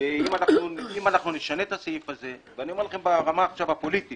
אם נשנה את הסעיף הזה ואני אומר לכם ברמה הפוליטית